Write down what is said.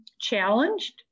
challenged